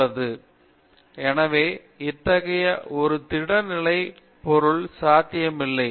விஸ்வநாதன் எனவே அத்தகைய ஒரு திட நிலை பொருள் சாத்தியமில்லை